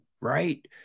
right